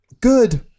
good